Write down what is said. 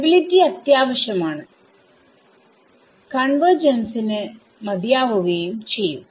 stability അത്യാവശ്യം ആണ്കൺവെർജെൻസിനു മതിയാവുകയും ചെയ്യും